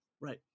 Right